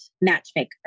matchmaker